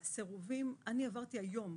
היום,